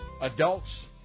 Adults